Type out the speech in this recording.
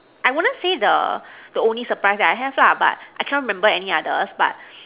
I wouldn't say the the only surprise that I have lah but I cannot remember any others but